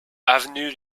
avenue